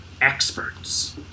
experts